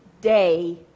day